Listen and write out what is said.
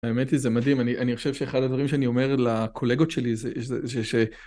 האמת היא זה מדהים, אני חושב שאחד הדברים שאני אומר לקולגות שלי זה ש...